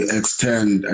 extend